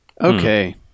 Okay